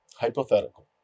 Hypothetical